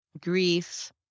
grief